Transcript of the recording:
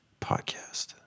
podcast